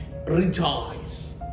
Rejoice